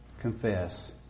confess